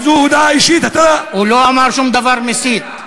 זו הודעה אישית, אתה, הוא לא אמר שום דבר מסית.